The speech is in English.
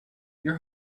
your